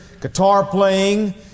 guitar-playing